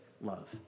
love